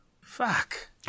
Fuck